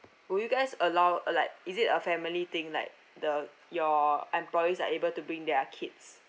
will you guys allow uh like is it a family thing like the your employees are able to bring their kids